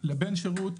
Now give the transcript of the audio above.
שירות